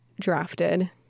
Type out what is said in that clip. drafted